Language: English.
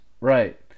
right